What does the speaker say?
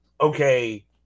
okay